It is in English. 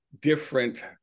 different